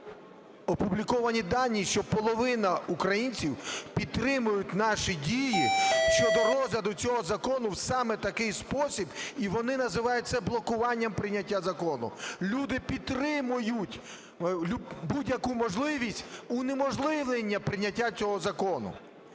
опубліковані дані, що половина українців підтримують наші дії щодо розгляду цього закону саме в такий спосіб, і вони називають це блокуванням прийняття закону. Люди підтримують будь-яку можливість унеможливлення прийняття цього закону.